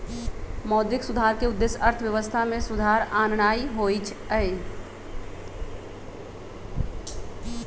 मौद्रिक सुधार के उद्देश्य अर्थव्यवस्था में सुधार आनन्नाइ होइ छइ